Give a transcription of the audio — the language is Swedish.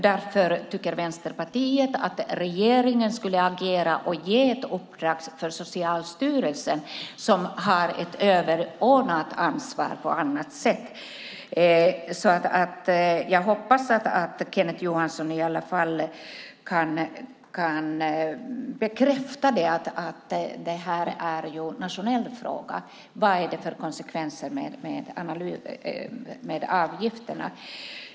Därför tycker Vänsterpartiet att regeringen ska agera och ge ett uppdrag till Socialstyrelsen, som på ett annat sätt har ett överordnat ansvar. Jag hoppas att Kenneth Johansson i alla fall kan bekräfta att det här är en nationell fråga. Vilka konsekvenser får avgifterna?